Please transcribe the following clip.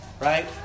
Right